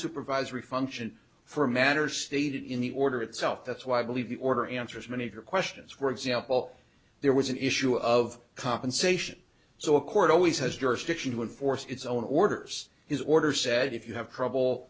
supervisory function for a matter stated in the order itself that's why i believe the order answers many of your questions were example there was an issue of compensation so a court always has jurisdiction when force its own orders his order said if you have trouble